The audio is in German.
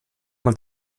man